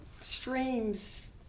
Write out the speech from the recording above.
streams